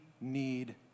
need